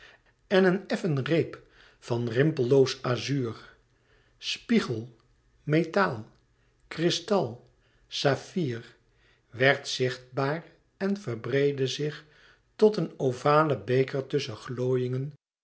en een effen reep van rimpelloos lazuur spiegel metaal kristal saffier werd zichtbaar en verbreedde zich tot een ovalen beker tusschen